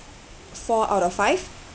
four out of five